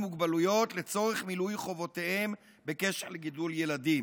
מוגבלויות לצורך מילוי חובותיהם בקשר לגידול ילדים"